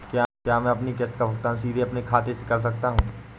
क्या मैं अपनी किश्त का भुगतान सीधे अपने खाते से कर सकता हूँ?